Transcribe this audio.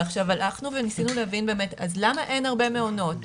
הלכנו וניסינו להבין למה אין הרבה מעונות,